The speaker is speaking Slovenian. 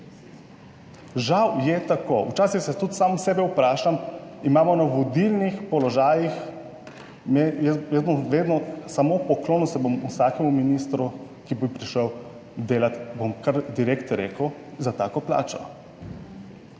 Žal je tako. Včasih tudi sam sebe vprašam, imamo na vodilnih položajih, jaz bom vedno, samo poklonil se bom vsakemu ministru, ki bo prišel delat, bom kar direktno rekel, za tako plačo.